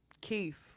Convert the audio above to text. Keith